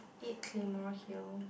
eight claymore hill